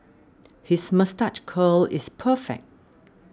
his moustache curl is perfect